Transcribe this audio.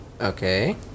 Okay